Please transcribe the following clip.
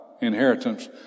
inheritance